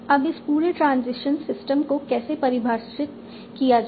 अब इस पूरे ट्रांजिशन सिस्टम को कैसे परिभाषित किया जाए